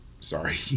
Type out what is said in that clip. sorry